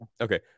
Okay